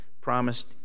promised